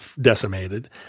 decimated